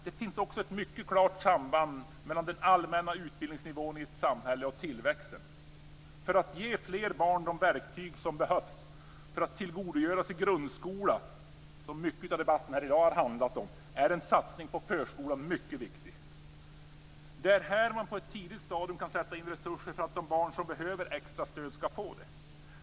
Det finns också ett mycket klart samband mellan den allmänna utbildningsnivån i ett samhälle och tillväxten. För att ge fler barn de verktyg som behövs för att tillgodogöra sig grundskolan, som mycket av debatten i dag har handlat om, är en satsning på förskolan mycket viktig. Det är här man på ett tidigt stadium kan sätta in resurser för att de barn som behöver extra stöd ska få det.